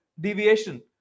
deviation